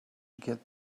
get